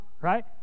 right